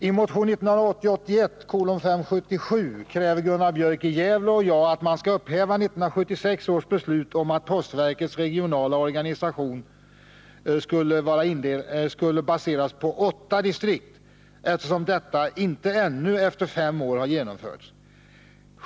I motion 1980/81:577 kräver Gunnar Björk i Gävle och jag att riksdagen skall upphäva 1976 års beslut om att postverkets regionala organisation skulle baseras på åtta distrikt, eftersom detta ännu efter fem år inte har genomförts.